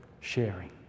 sharing